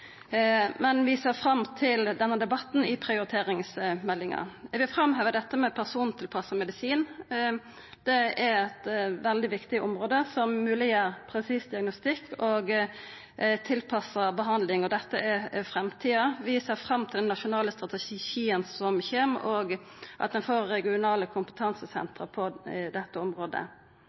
men vi ser fram til denne debatten i samband med prioriteringsmeldinga. Eg vil framheva dette med persontilpassa medisin. Det er eit veldig viktig område som mogleggjer presis diagnostikk og tilpassa behandling, og dette er framtida. Vi ser fram til den nasjonale strategien som kjem, og at ein får regionale kompetansesentre på dette området.